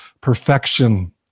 perfection